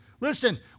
Listen